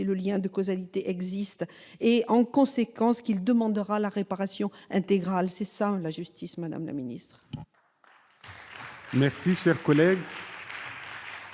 ce lien de causalité et, en conséquence, demandera la réparation intégrale. C'est cela, la justice, madame la ministre